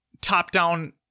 top-down